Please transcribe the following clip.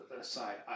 aside